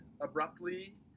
abruptly